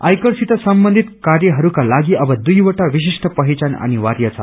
आयकरसित सम्बन्धित क्वर्यहरूका लागि अब दुइवटा विश्रिष्ट पहिचान अनिवार्य छ